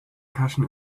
cushion